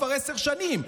כבר עשר שנים,